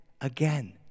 again